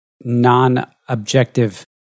non-objective